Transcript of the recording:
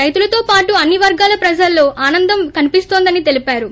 రైతులతో పాటు అన్ని వర్గాల ప్రజల్లో ఆనందం కనిపిస్తోందని తెలిపారు